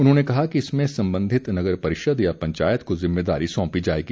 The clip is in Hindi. उन्होंने कहा कि इसमें संबंधित नगर परिषद या पंचायत को जिम्मेदारी सौंपी जाएगी